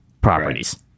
properties